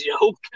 joke